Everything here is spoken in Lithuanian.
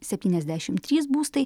septyniasdešim trys būstai